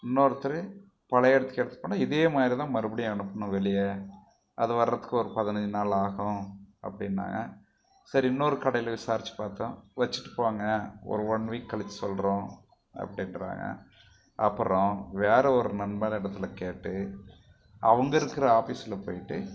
இன்னொருத்தர் பழைய இடத்துக்கே எடுத்துகிட்டு போனால் இதே மாதிரிதான் மறுபடியும் அனுப்பணும் வெளியே அது வரத்துக்கு ஒரு பதினஞ்சு நாள் ஆகும் அப்படின்னாங்க சரி இன்னொரு கடையில் விசாரித்து பார்த்தோம் வெச்சுட்டு போங்க ஒரு ஒன் வீக் கழிச்சி சொல்கிறோம் அப்படின்றாங்க அப்புறம் வேறு ஒரு நண்பன் இடத்துல கேட்டு அவங்க இருக்கிற ஆபிஸ்சில் போய்விட்டு